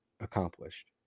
accomplished